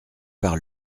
par